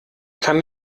kann